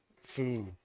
food